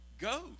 go